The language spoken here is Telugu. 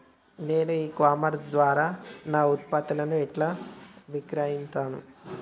నేను ఇ కామర్స్ ద్వారా నా ఉత్పత్తులను ఎట్లా విక్రయిత్తను?